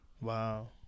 Wow